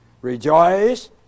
rejoice